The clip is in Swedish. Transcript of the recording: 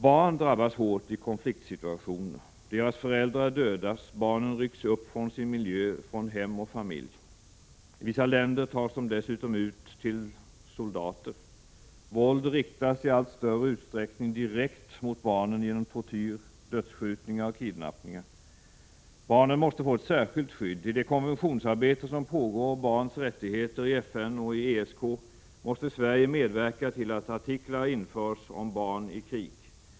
Barn drabbas hårt i konfliktsituationer. Deras föräldrar dödas och barnen rycks upp från sin miljö, från hem och familj. I vissa länder tas de dessutom ut som ”soldater”. Våld riktas i allt större utsträckning direkt mot barnen genom tortyr, dödsskjutningar och kidnappningar. Barn måste få ett särskilt skydd. I det konventionsarbete som pågår i FN och i ESK om barns rättigheter, måste Sverige medverka till att artiklar införs om barn i krig.